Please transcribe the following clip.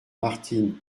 martine